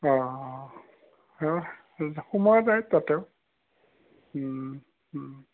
অঁ সোমোৱা যায় তাতেও